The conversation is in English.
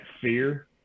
fear